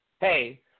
hey